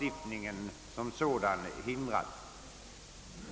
i vägen för en sådan uppläggning av arbetet som den nu tillämpade.